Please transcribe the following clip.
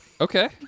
Okay